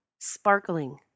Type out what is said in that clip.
sparkling